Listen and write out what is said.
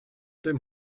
dem